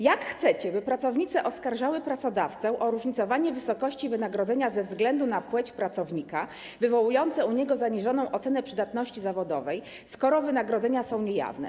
Jak chcecie to zrobić, żeby pracownice oskarżały pracodawcę o różnicowanie wysokości wynagrodzenia ze względu na płeć pracownika wywołujące u niego zaniżoną ocenę przydatności zawodowej, skoro wynagrodzenia są niejawne?